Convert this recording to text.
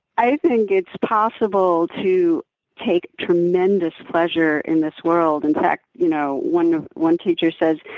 i think it's possible to take tremendous pleasure in this world. in fact, you know one one teacher says,